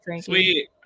sweet